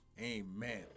Amen